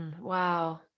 Wow